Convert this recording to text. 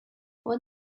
what